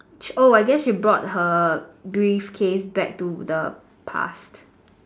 oh I guess you brought her briefcase back to the past